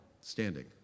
standing